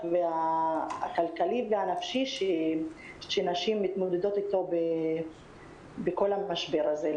הכלכלי והנפשי שנשים מתמודדות אתו בכל המשבר הזה.